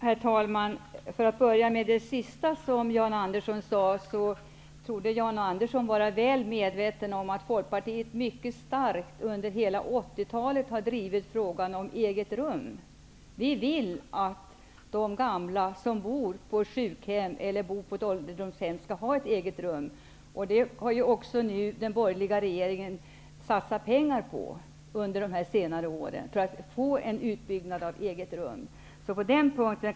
Herr talman! För att börja med det sista som Jan Andersson sade torde Jan Andersson vara väl medveten om att Folkpartiet under hela 80-talet mycket starkt drivit frågan om ett eget rum. Vi vill att de gamla som bor på sjukhem eller ålderdomshem skall ha ett eget rum, och den borgerliga regeringen har också under senare år satsat pengar på en utbyggnad för att skapa möjligheter till detta.